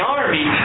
army